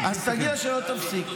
אז תגיד לה שתפסיק.